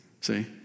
See